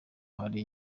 hari